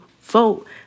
vote